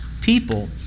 people